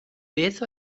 beth